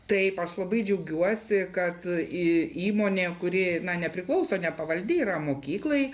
taip aš labai džiaugiuosi kad į įmonė kuri nepriklauso nepavaldi yra mokyklai